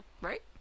Right